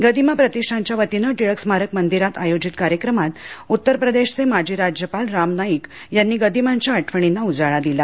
गदिमा प्रतीष्ठानच्या वतीनं टिळक स्मारक मंदिरात आयोजित कार्यक्रमात उत्तर प्रदेशचे माजी राज्यपाल राम नाईक यांनी गदिमांच्या आठवणीना उजाळा दिला